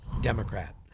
Democrat